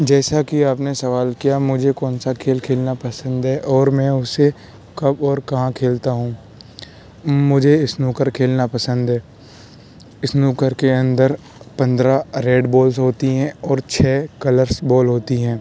جیسا کہ آپ نے سوال کیا مجھے کون سا کھیل کھیلنا پسند ہے اور میں اسے کب اور کہاں کھیلتا ہوں مجھے اسنوکر کھیلنا پسند ہے اسنوکر کے اندر پندرہ ریڈ بالس ہوتی ہیں اور چھ کلرس بال ہوتی ہیں